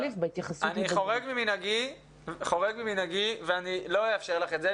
--- אני חורג ממנהגי ואני לא אאפשר לך את זה,